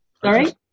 Sorry